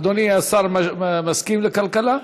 אדוני השר מסכים לכלכלה?